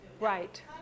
right